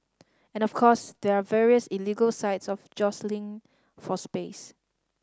and of course there are various illegal sites of jostling for space